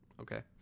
Okay